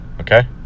Okay